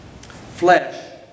flesh